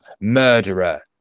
murderer